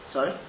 Sorry